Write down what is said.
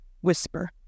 whisper